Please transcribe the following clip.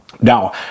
Now